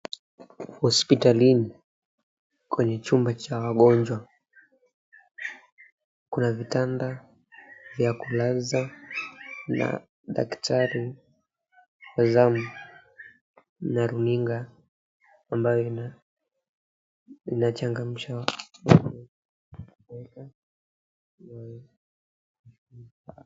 Hospitalini kwenye chumba cha wagonjwa, kuna vitanda vya kulaza na daktari wa zamu na runinga ambayo inachangamsha.